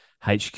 hq